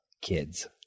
kids